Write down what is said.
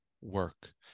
work